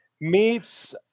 meets